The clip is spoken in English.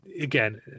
again